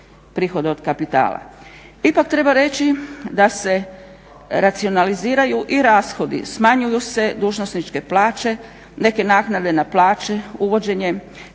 prihoda od kapitala. Ipak treba reći da se racionaliziraju i rashodi, smanjuju se dužnosničke plaće, neke naknade na plaće, uvođenje